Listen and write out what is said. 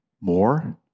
more